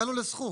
הגענו לסכום,